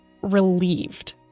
relieved